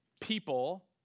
people